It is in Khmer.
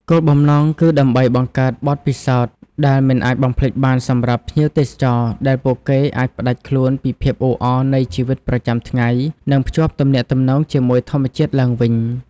គោលបំណងគឺដើម្បីបង្កើតបទពិសោធន៍ដែលមិនអាចបំភ្លេចបានសម្រាប់ភ្ញៀវទេសចរ ដែលពួកគេអាចផ្តាច់ខ្លួនពីភាពអ៊ូអរនៃជីវិតប្រចាំថ្ងៃ និងភ្ជាប់ទំនាក់ទំនងជាមួយធម្មជាតិឡើងវិញ។